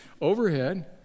overhead